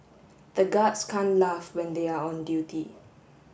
the guards can't laugh when they are on duty